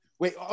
Wait